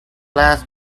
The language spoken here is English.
last